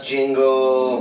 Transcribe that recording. Jingle